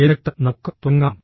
എന്നിട്ട് നമുക്ക് തുടങ്ങാം